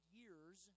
years